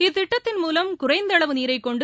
இத்திட்டத்தின் மூலம் குறைந்த அளவு நீரைக் கொண்டு